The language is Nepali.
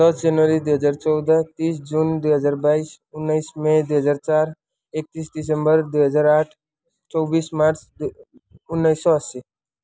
दस जनवरी दुई हजार चौध तिस जुन दुई हजार बाइस उन्नाइस मे दुई हजार चार एक्तिस दिसम्बर दुई हजार आठ चौबिस मार्च उन्नाइस सौ अस्सी